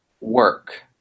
work